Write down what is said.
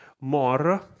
more